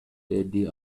деди